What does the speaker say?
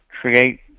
create